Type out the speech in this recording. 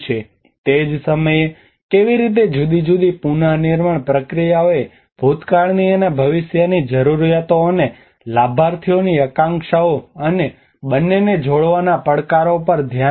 તે જ સમયે કેવી રીતે જુદી જુદી પુનર્નિર્માણ પ્રક્રિયાઓએ ભૂતકાળની અને ભવિષ્યની જરૂરિયાતો અને લાભાર્થીઓની આકાંક્ષાઓ અને બંનેને જોડવાના પડકારો પર ધ્યાન આપ્યું છે